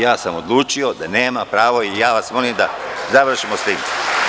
Ja sam odlučio da nema pravo i molim vas da završimo s tim.